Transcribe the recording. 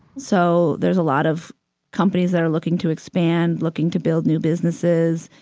so there's a lot of companies that are looking to expand, looking to build new businesses.